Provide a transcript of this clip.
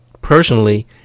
personally